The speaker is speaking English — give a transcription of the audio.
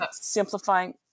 simplifying